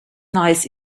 nice